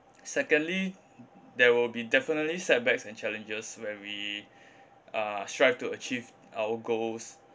secondly there will be definitely setbacks and challenges when we uh strive to achieve our goals